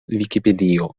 vikipedio